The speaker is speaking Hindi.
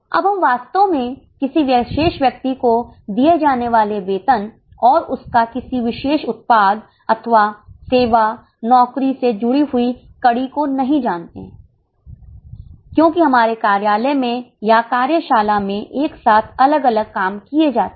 अब हम वास्तव में किसी विशेष व्यक्ति को दिए जाने वाले वेतन और उसका किसी विशेष उत्पाद अथवा सेवा नौकरी से जुड़ी हुई कड़ी को नहीं जानते हैं क्योंकि हमारे कार्यालय में या कार्यशाला में एक साथ अलग अलग काम किए जाते हैं